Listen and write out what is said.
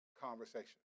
conversation